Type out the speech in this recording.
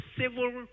civil